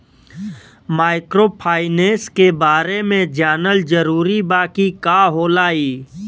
Microfinance के बारे में जानल जरूरी बा की का होला ई?